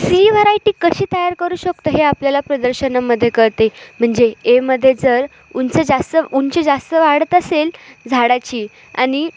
C variety कशी तयार करू शकतो हे आपल्याला प्रदर्शनामध्ये करते म्हणजे एमधे जर उंच जास्त उंची जास्त वाढत असेल झाडाची आणि